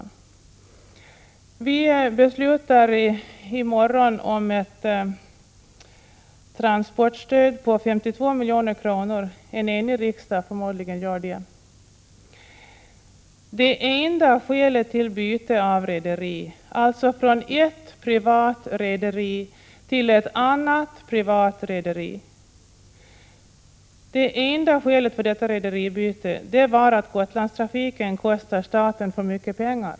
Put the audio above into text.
En förmodligen enig riksdag beslutar i morgon om ett transportstöd på 52 milj.kr. Det enda skälet till byte av rederi — dvs. från ett privat rederi till ett annat privat rederi — var att Gotlandstrafiken kostar staten för mycket pengar.